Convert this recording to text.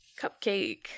cupcake